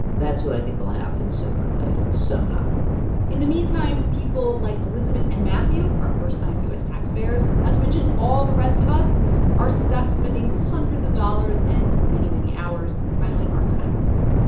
that's what i think will happen sooner or later somehow in the meantime, people like elizabeth and matthew, our first-time u s. taxpayers not to mention all the rest of us are stuck spending hundreds of dollars and many, many hours filing our taxes.